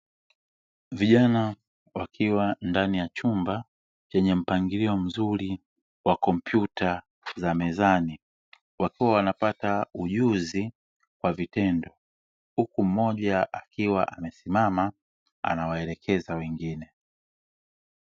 Vijana wakiwa ndani ya chumba chenye mpangilio mzuri wa kompyuta za mezani, wakiwa wanapata ujuzi wa vitendo huku mmoja akiwa amesimama anawaelekeza wengine.